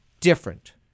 different